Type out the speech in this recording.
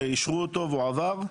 שאישרו ועבר,